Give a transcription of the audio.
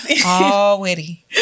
already